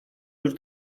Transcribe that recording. już